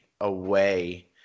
away